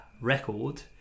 record